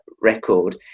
record